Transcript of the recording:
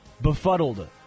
Befuddled